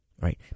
right